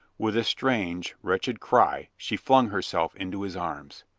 with a strange, wretched cry she flung herself into his arms.